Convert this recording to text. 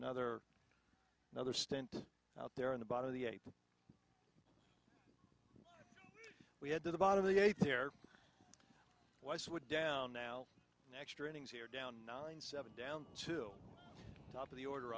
another another stent out there in the bottom of the we had to the bottom of the eighth there was would down now an extra innings here down nine seven down to top of the order